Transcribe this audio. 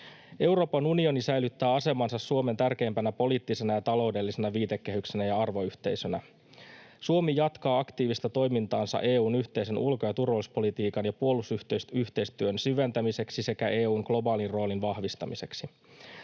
Euroopan unioni säilyttää asemansa Suomen tärkeimpänä poliittisena ja taloudellisena viitekehyksenä ja arvoyhteisönä. Suomi jatkaa aktiivista toimintaansa EU:n yhteisen ulko- ja turvallisuuspolitiikan ja puolustusyhteistyön syventämiseksi sekä EU:n globaalin roolin vahvistamiseksi.